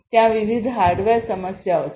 ત્યાં વિવિધ હાર્ડવેર સમસ્યાઓ છે